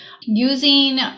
Using